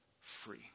free